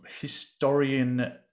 historian